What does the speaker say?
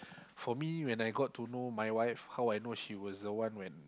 for me when I got to know my wife how I know she was the one when